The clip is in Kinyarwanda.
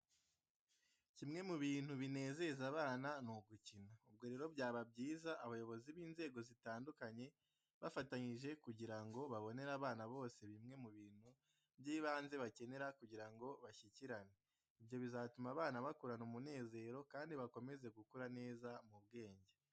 Kimwe mu bintu binezeza abana, ni ugukina. Ubwo rero byaba byiza abayobozi b'inzego zitandukanye bafatanyije kugira ngo babonere abana bose bimwe mu bintu by'ibanze bakenera kugira ngo bashyikirane. Ibyo bizatuma abana bakurana umunezero kandi bakomeze gukura neza mu bwenge.